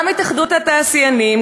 גם התאחדות התעשיינים,